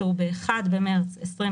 ב-1 במרס 2024,